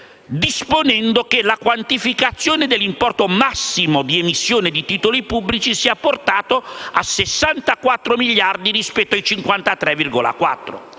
disponendo che la quantificazione dell'importo massimo di emissione di titoli pubblici sia portato a 64 miliardi rispetto a 53,4 miliardi